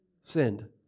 sinned